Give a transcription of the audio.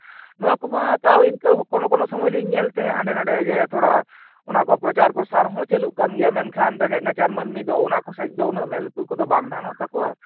ᱱᱚᱣᱟ ᱠᱚᱢᱟ ᱛᱟᱣ ᱤᱱᱠᱟᱹ ᱠᱳᱱᱳ ᱠᱳᱱᱳ ᱥᱚᱢᱚᱭ ᱞᱤᱧ ᱧᱮᱞ ᱛᱟᱦᱮᱸᱫ ᱦᱟᱸᱰᱮ ᱱᱟᱸᱰᱮ ᱡᱮ ᱛᱷᱚᱲᱟ ᱚᱱᱟ ᱠᱚ ᱯᱨᱚᱪᱟᱨ ᱯᱨᱚᱥᱟᱨ ᱦᱚᱸ ᱪᱟᱹᱞᱩᱜ ᱠᱟᱱ ᱜᱮᱭᱟ ᱢᱮᱱᱠᱷᱟᱱ ᱨᱮᱸᱜᱮᱡ ᱱᱟᱪᱟᱨ ᱢᱟᱹᱱᱢᱤ ᱫᱚ ᱚᱱᱟ ᱠᱚ ᱥᱮᱫ ᱫᱚ ᱩᱱᱟᱹᱜ ᱫᱚ ᱢᱮᱸᱫ ᱞᱩᱛᱩᱨ ᱠᱚᱫᱚ ᱵᱟᱝ ᱰᱷᱟᱝᱚᱜ ᱛᱟᱠᱚᱣᱟ